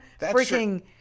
freaking